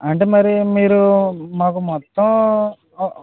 అంటే మరి మీరు మాకు మొత్తం ఆ ఉ